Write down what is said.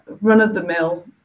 run-of-the-mill